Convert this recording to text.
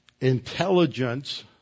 Intelligence